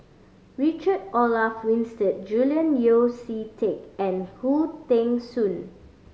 Richard Olaf Winstedt Julian Yeo See Teck and Khoo Teng Soon